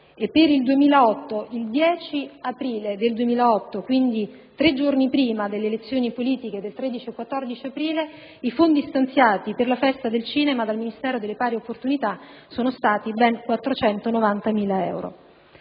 (precisamente il 10 aprile 2008, quindi tre giorni prima delle elezioni politiche del 13 e 14 aprile), i fondi stanziati per la Festa del cinema dal Ministero per le pari opportunità sono stati ben 490.000 euro.